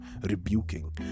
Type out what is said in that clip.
rebuking